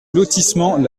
lotissement